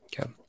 Okay